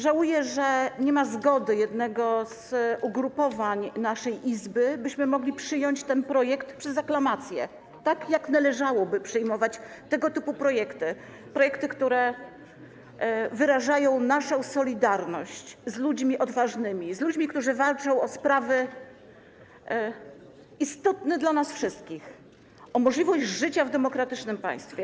Żałuję, że nie ma zgody jednego z ugrupowań naszej Izby, abyśmy mogli przyjąć ten projekt przez aklamację, tak jak należałoby przyjmować tego typu projekty - projekty, które wyrażają naszą solidarność z ludźmi odważnymi, z ludźmi, którzy walczą o sprawy istotne dla nas wszystkich, o możliwość życia w demokratycznym państwie.